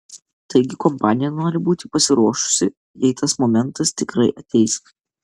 taigi kompanija nori būti pasiruošusi jei tas momentas tikrai ateis